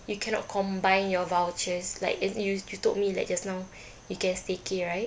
you cannot combine your vouchers like and and you you told me like just now you can staycay right